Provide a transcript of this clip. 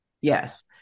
Yes